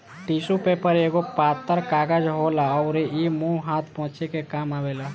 tissue paper एगो पातर कागज होला अउरी इ मुंह हाथ पोछे के काम आवेला